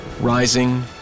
rising